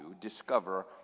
discover